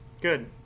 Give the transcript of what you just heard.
Good